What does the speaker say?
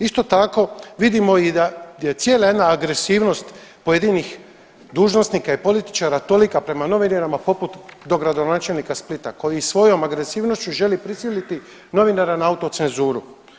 Isto tako vidimo i da je cijela jedna agresivnost pojedinih dužnosnika i političara tolika prema novinarima poput dogradonačelnika Splita koji svojom agresivnošću želi prisiliti novinara na autocenzuru.